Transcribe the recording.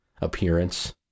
appearance